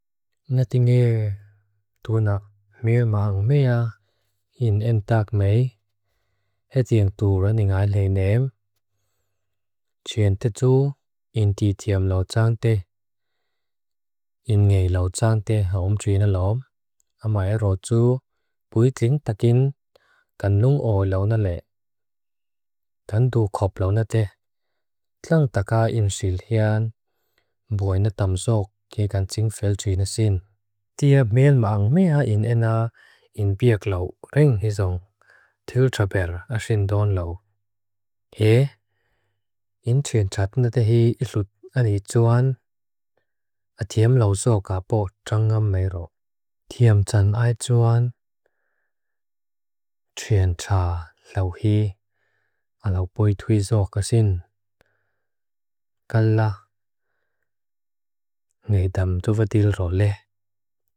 Ngati Nge Tuanak Miamang Mea in N.T.M. Hetiang Turan Ingaileinem. Tsyentetsu in Titiamlawtsangte. In ngaylawtsangte hawam trina lom. Amaerotsu buikling takin kanlung oi lawna le. Tantukop lawna te. Tlang taka in syilhean. Mboina tamsog kegancing fel trina sin. Tia Miamang Mea in N.A. in biaklaw ring hisong. Tewlchaber asindonlaw. He. In tsyentratna tehi ilut ani tsuan. Atiemlawtsokapok tsangam meiro. Tiamtsan ai tsuan. Tsyentra lawhi. Alawboi twizokasin. Kalla. Ngeitam tuvadil ro le.